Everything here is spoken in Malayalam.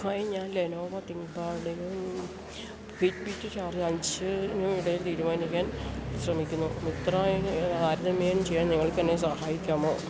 ഹായ് ഞാൻ ലെനോവോ തിങ്ക്പാടിന് ഊ ഫിറ്റ്ബിറ്റ് ചാർജ് അഞ്ച് നും ഇടയിൽ തീരുമാനിക്കാൻ ശ്രമിക്കുന്നു മിത്രയിൽ ഏത് താരതമ്യം ചെയ്യാൻ നിങ്ങൾക്ക് എന്നെ സഹായിക്കാമോ